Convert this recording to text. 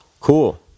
Cool